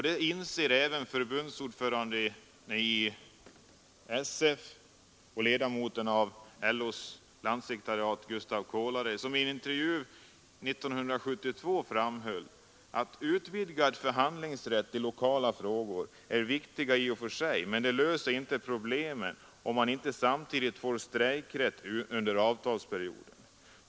Det inser även förbundsordföranden i SF och ledamoten av LO:s landssekretariat Gustav Kolare, som i en intervju 1972 framhöll: ”Utvidgad förhandlingsrätt i lokala frågor är viktig i och för sig men det löser inte problemen om man inte samtidigt får strejkrätt under avtalsperioden.